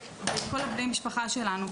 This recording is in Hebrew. את כל בני המשפחה שלנו.